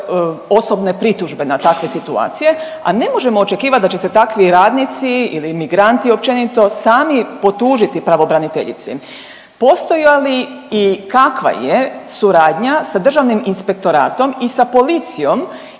osobne pritužbe na takve situacije, a ne možemo očekivat da će se takvi radnici ili migranti općenito sami potužiti pravobraniteljici. Postoji li i kakva je suradnja sa Državnim inspektoratom i sa policijom